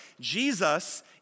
Jesus